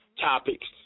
topics